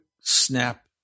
snap